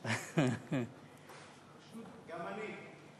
גם אני.